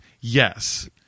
yes